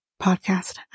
podcast